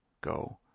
go